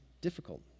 difficult